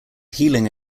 healing